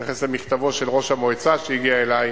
בהתייחס למכתבו של ראש המועצה, שהגיע אלי,